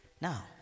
now